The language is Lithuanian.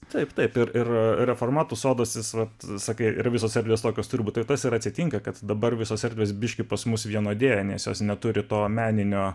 taip taip ir reformatų sodas visad sakai ir visos erdvės tokios turbūt tas ir atsitinka kad dabar visos erdvės biškį pas mus vienodėja nes jos neturi to meninio